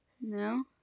No